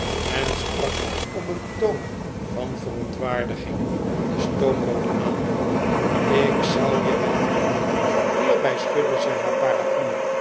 en sprak op een toon van verontwaardiging de stoomboot aan ik zou je wel hierbij schudde zij haar paraplu